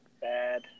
bad